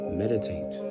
meditate